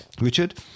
Richard